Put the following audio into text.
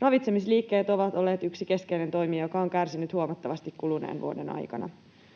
Ravitsemisliikkeet ovat olleet yksi keskeinen toimija, joka on kärsinyt huomattavasti kuluneen vuoden aikana.